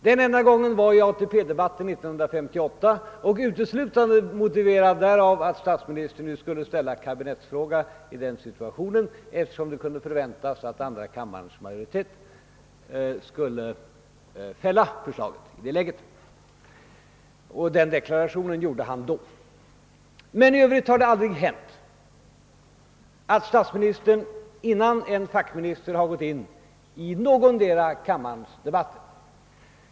Det ägde rum under ATP-debatten 1958 och motiverades uteslutande med att statministern skulle ställa kabinettsfråga, eftersom det kunde förväntas att andra kammarens majoritet skulle fälla förslaget i det läget. Men i övrigt har det aldrig hänt att statsministern ingripit i någon av kamrarnas debatter före fackministern.